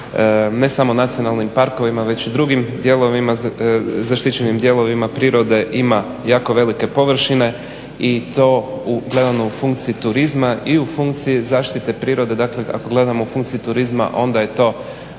ne samo nacionalnim parkovima već i drugim zaštićenim dijelovima prirode ima jako velike površine i to gledano u funkciji turizma i u funkciji zaštite prirode. Dakle ako gledamo u funkciji turizma onda je to